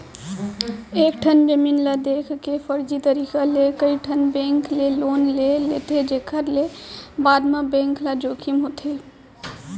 एकेठन जमीन ल देखा के फरजी तरीका ले कइठन बेंक ले लोन ले लेथे जेखर ले बाद म बेंक ल जोखिम होथे